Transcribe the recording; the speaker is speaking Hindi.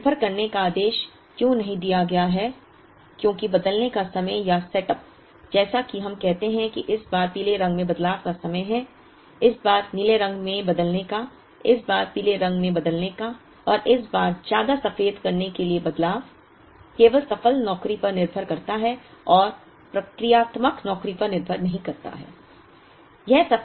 यह निर्भर करने का आदेश क्यों नहीं दिया गया है क्योंकि बदलने का समय या सेटअप जैसा कि हम कहते हैं कि इस बार पीले रंग में बदलाव का समय है इस बार नीले रंग में बदलने का इस बार पीले रंग में बदलने का और इस बार ज्यादा सफेद करने के लिए बदलाव केवल सफल नौकरी पर निर्भर करता है और प्रक्रियात्मक नौकरी पर निर्भर नहीं करता है